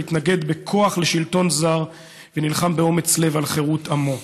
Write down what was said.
המתנגד בכוח לשלטון זר ונלחם באומץ לב על חירות עמו.